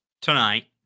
tonight